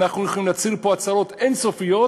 אנחנו יכולים להצהיר פה הצהרות אין-סופיות,